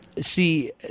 see